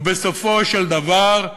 ובסופו של דבר,